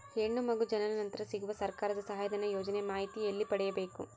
ಹೆಣ್ಣು ಮಗು ಜನನ ನಂತರ ಸಿಗುವ ಸರ್ಕಾರದ ಸಹಾಯಧನ ಯೋಜನೆ ಮಾಹಿತಿ ಎಲ್ಲಿ ಪಡೆಯಬೇಕು?